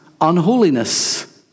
unholiness